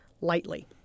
lightly